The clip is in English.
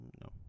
no